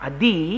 Adi